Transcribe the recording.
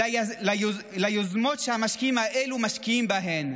אלא ליוזמות שהמשקיעים האלה משקיעים בהן.